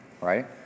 right